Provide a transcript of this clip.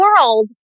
world